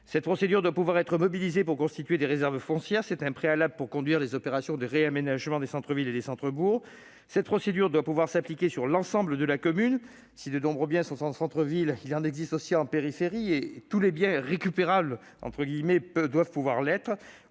cette procédure doit pouvoir être mobilisée pour constituer des réserves foncières- c'est un préalable pour conduire les opérations de réaménagement de nos centres-villes et centres-bourgs. Elle doit aussi pouvoir s'appliquer sur l'ensemble de la commune- si de nombreux biens sont en centre-ville, il en existe aussi en périphérie. Tous les biens « récupérables » doivent pouvoir faire